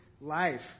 life